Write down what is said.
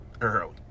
Early